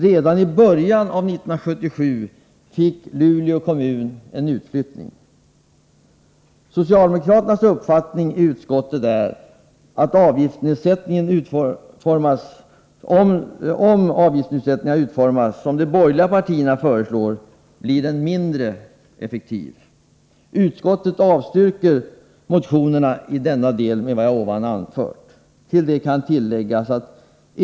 Redan i början av 1977 fick Luleå kommun en utflyttning. Socialdemokraternas uppfattning i utskottet är att om avgiftsnedsättningen utformas som de borgerliga partierna föreslår blir den mindre effektiv. Utskottet avstyrker motionerna i denna del med vad jag här anfört.